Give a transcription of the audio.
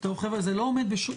זה לא עומד בשום סטנדרט.